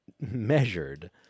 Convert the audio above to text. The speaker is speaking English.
measured